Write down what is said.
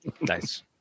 nice